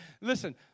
Listen